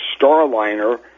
Starliner